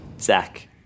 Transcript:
Zach